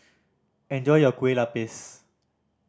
enjoy your kue lupis